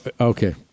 Okay